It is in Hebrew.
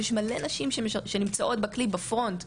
יש מלא נשים שנמצאות בקליפ בפרונט,